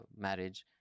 marriage